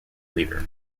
leader